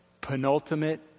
penultimate